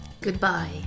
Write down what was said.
Goodbye